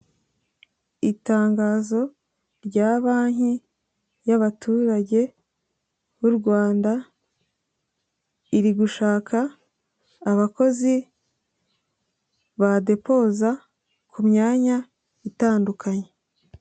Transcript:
Itangazo rya banki y'abaturage b'u Rwanda. Iri gushaka abakozi badepoza ku myanya itandukanye.